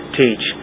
teach